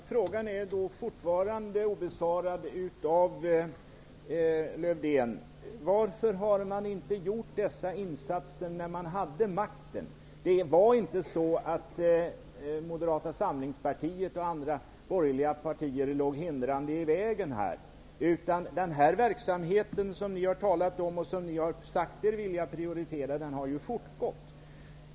Herr talman! Lövdén har ännu inte svarat på frågan varför man inte gjorde dessa insatser när man hade makten. Det var inte så att Moderata samlingspartiet och andra borgerliga partier stod hindrande i vägen. Den verksamhet som ni har talat om och vars bekämpande ni har sagt er vilja prioritera har fortgått.